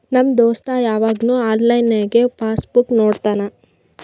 ನಮ್ ದೋಸ್ತ ಯವಾಗ್ನು ಆನ್ಲೈನ್ನಾಗೆ ಪಾಸ್ ಬುಕ್ ನೋಡ್ತಾನ